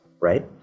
right